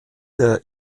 der